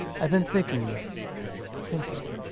ive been thinking thinking.